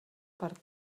per